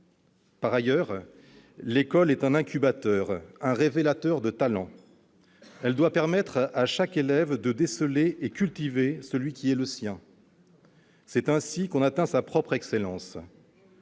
Par ailleurs, l'école est un incubateur, un révélateur de talents. Elle doit permettre à chaque élève de déceler et cultiver celui qui est le sien. C'est ainsi que l'on atteint sa propre excellence.